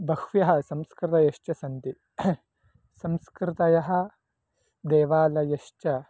बह्व्यः संस्कृतयश्च सन्ति संस्कृतयः देवालयश्च